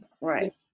right